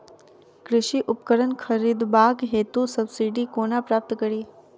कृषि उपकरण खरीदबाक हेतु सब्सिडी कोना प्राप्त कड़ी?